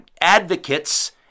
advocates